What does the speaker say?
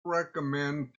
recommend